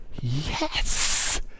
Yes